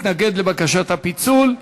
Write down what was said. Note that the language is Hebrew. מתנגד לבקשת הפיצול.